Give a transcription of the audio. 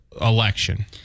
election